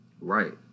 Right